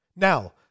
Now